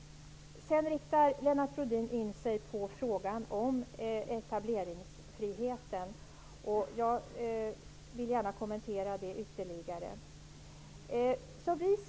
Lennart Rohdin riktade sedan in sig på frågan om etableringsfriheten. Jag vill gärna kommentera det ytterligare.